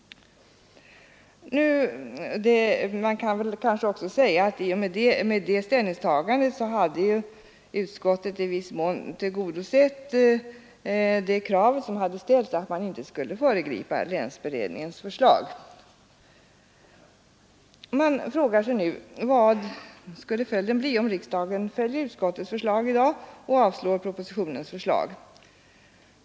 Det kan väl också sägas att med detta ställningstagande hade utskottet i viss mån tillgodosett kravet att länsberedningens arbete inte skulle föregripas. Man frågar sig nu: Vad skulle följden bli, om riksdagen biföll utskottets hemställan i dag och avslog propositionens förslag?